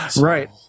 Right